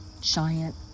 giant